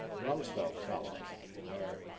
roosevelt fellows there.